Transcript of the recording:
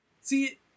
See